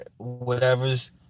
whatevers